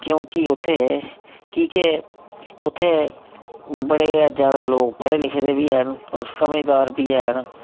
क्योंकि उत्थै की जे उत्थै बड़े गै जैदा लोक पढ़े लिखे दे बी हैन होर समझदार बी हैन